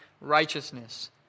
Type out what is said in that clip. righteousness